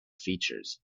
features